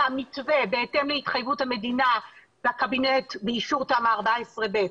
עד שהמתווה בהתאם להתחייבות המדינה בקבינט באישור תמ"א 14/ב,